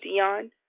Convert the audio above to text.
Dion